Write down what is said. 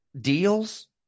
deals